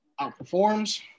outperforms